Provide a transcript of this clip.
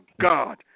God